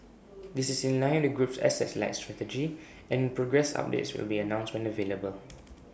this is in line the group's asset light strategy and progress updates will be announced when available